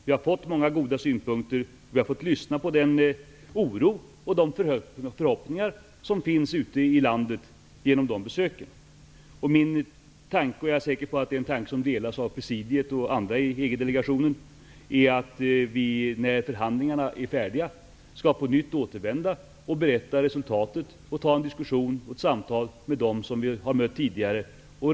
Vi har fått många goda synpunkter, och vi har genom de besöken fått lyssna på den oro och de förhoppningar som finns ute i landet. Min tanke -- jag är säker på att den delas av presidiet och andra i EG-delegationen -- är att vi när förhandlingarna är färdiga skall återvända, redovisa vad som har uppnåtts vid förhandlingarna och föra en diskussion och ett samtal med dem som vi har mött tidigare.